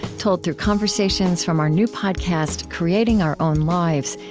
told through conversations from our new podcast, creating our own lives,